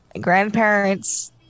grandparents